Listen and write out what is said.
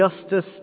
justice